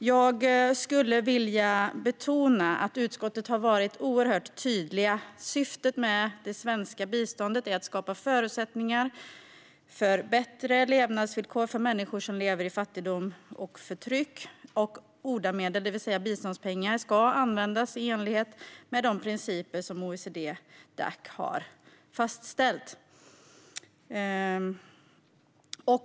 Jag skulle vilja betona att utskottet har varit oerhört tydligt med att syftet med det svenska biståndet är att skapa förutsättningar för bättre levnadsvillkor för människor som lever i fattigdom och förtryck, och ODA-medel, det vill säga biståndspengar, ska användas i enlighet med de principer som OECD-Dac har fastställt.